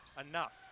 enough